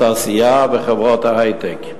התעשייה וחברות היי-טק.